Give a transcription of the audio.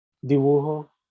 dibujo